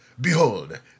Behold